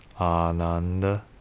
ananda